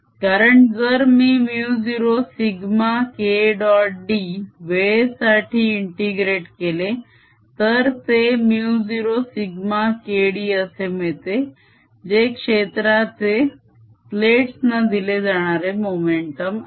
कारण जर मी μ0σK डॉट d वेळेसाठी इंटीग्रेट केले तर ते μ0σKd असे मिळते जे क्षेत्राचेप्लेट्स ना दिले जाणारे मोमेंटम आहे